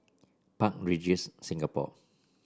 Park Regis Singapore